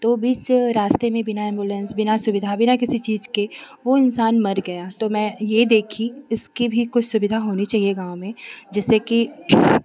तो भी जो रास्ते में बिना एम्बुलेंस बिना सुविधा बिना किसी चीज के वह इंसान मर गया तो मैं ये देखी इसकी भी कोई सुविधा होनी चाहिए गाँव में जिससे की